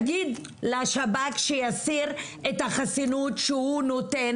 תגיד לשב"כ שיסיר את החסינות שהוא נותן